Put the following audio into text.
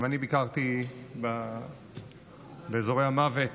גם אני ביקרתי באזורי המוות,